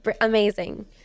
amazing